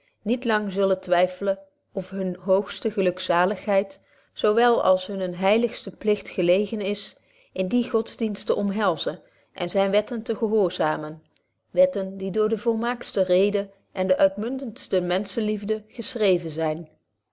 niet lang zullen twyffelen of hunne hoogste gelukzaligheid zo wél als hunnen heiligsten pligt gelegen is in dien godsdienst te omhelzen en zyne wetten te gehoorzaamen wetten die door de volmaaktste rede en de uitmuntendste menschenliefde geschreeven zyn